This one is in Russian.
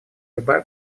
любая